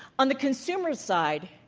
on the consumer side,